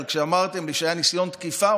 אבל כשאמרתם לי שהיה ניסיון תקיפה,